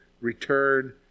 return